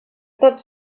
tots